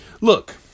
Look